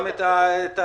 גם את המרדים,